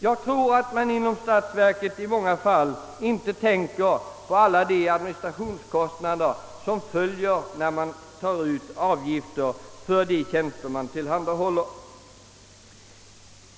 Jag tror att man inom statsverket i många fall inte tänker på alla de administrationskostnader som uppstår när man tar ut avgifter för de tjänster som tillhandahållits.